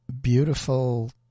beautiful